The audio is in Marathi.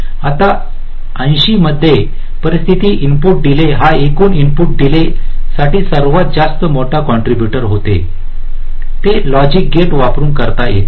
आता 80s मध्ये परिस्थिती इनपुट डीले हा एकूण इनपुट डीले साठी सर्वात जास्त मोठे काँट्रिब्युटर होते ते लॉजिक गेट वापरून करता येते